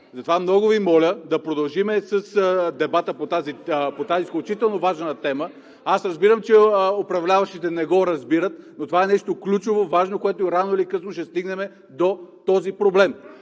Затова много Ви моля да продължим с дебата по тази изключително важна тема. Аз разбирам, че управляващите не го разбират, но това е нещо ключово, важно и рано или късно ще стигнем до този проблем.